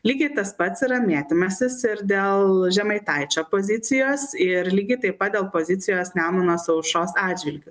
lygiai tas pats yra mėtymasis ir dėl žemaitaičio pozicijos ir lygiai taip pat dėl pozicijos nemunas aušros atžvilgiu